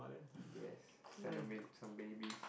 yes time to make some babies